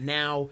now